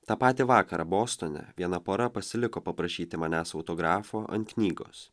tą patį vakarą bostone viena pora pasiliko paprašyti manęs autografo ant knygos